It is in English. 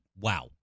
wow